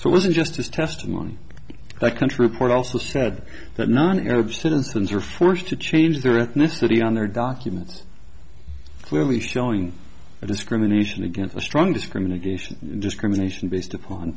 so it wasn't just his testimony the country report also said that non arab citizens were forced to change their ethnicity on their documents clearly showing discrimination against strong discrimination discrimination based upon